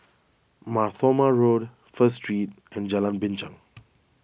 Mar Thoma Road First Street and Jalan Binchang